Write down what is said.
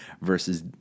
versus